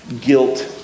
guilt